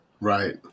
right